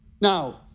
Now